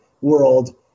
world